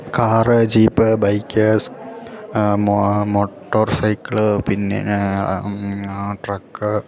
car jeep bikes motorcycle പിന്നെന്നാ truck